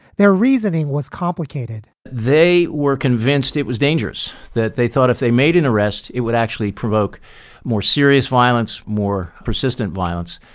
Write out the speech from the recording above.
their reasoning was complicated they were convinced it was dangerous, that they thought if they made an arrest, it would actually provoke more serious violence, more persistent violence.